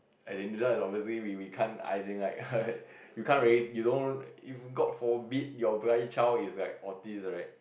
as in this one is obviously we we can't I like right you can't really you don't if god forbid your bloody child is autis right